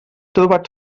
trobat